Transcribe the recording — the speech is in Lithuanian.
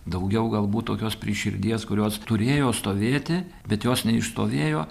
daugiau galbūt tokios prie širdies kurios turėjo stovėti bet jos neišstovėjo